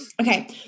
Okay